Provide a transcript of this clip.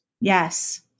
Yes